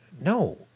no